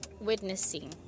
witnessing